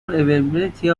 availability